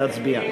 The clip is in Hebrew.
נא להצביע.